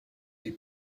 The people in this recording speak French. les